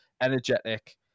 energetic